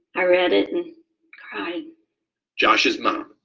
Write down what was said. i read it and kind of josh's mom,